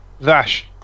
Vash